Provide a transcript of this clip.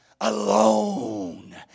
alone